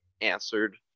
answered